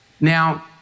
Now